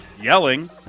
yelling